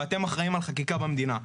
ואתם אחראים על החקיקה במדינה.